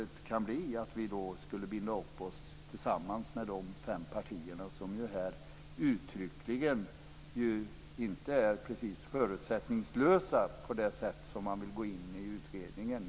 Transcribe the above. Det kan då bli så att vi binder upp oss tillsammans med de fem partierna, som inte precis är uttryckligt förutsättningslösa på det sätt som man vill vara när man går in i en utredning.